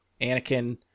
Anakin